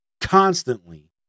constantly